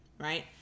right